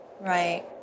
Right